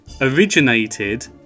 originated